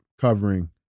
covering